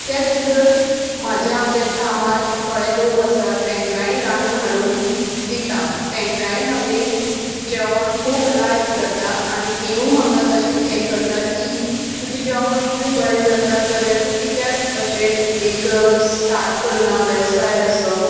त्याच भितर म्हजें हांव जें कामार थोडे लोक आसात तांकांय रांदून हाडून दिता तेंकांय म्हजें जेवण खूब लायक जाता आनी तिवूय म्हाका तशेंच हें करता की तुजें जेवण इतलें बरें जाता जाल्यार तूं कित्याक अशें एक स्टार्ट करना वेवसाय असो